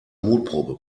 mutprobe